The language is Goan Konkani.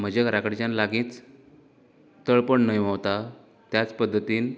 म्हज्या घरांकडच्यान लागींच तळपण न्हंय व्हांवता त्याच पद्दतीन